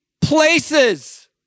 places